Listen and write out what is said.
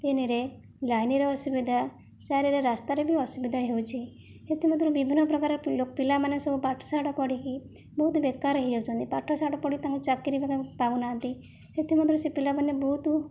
ତିନିରେ ଲାଇନ୍ର ଅସୁବିଧା ଚାରିରେ ରାସ୍ତାର ବି ଅସୁବିଧା ହେଉଛି ଏଥିମଧ୍ୟରୁ ବିଭିନ୍ନପ୍ରକାର ପିଲାମାନେ ସବୁ ପାଠ ଶାଠ ପଢ଼ିକି ବହୁତ ବେକାର ହେଇଯାଉଛନ୍ତି ପାଠ ଶାଠ ପଢ଼ି ତାଙ୍କୁ ଚାକିରି ବି ତାଙ୍କୁ ପାଉନାହାନ୍ତି ସେଥିମଧ୍ୟରୁ ସେ ପିଲାମାନେ ବହୁତ